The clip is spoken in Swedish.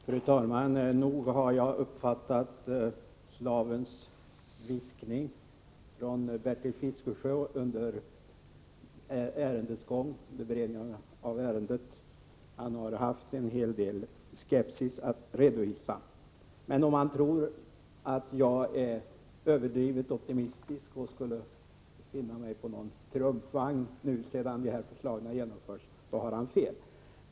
Fru talman! Nog har jag uppfattat slavens viskning från Bertil Fiskesjö under beredningen av ärendet. Han har haft en hel del skepsis att redovisa. Men om han tror att jag är överdrivet optimistisk och skulle befinna mig på någon triumfvagn sedan dessa förslag har genomförts, då har han fel.